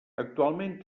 actualment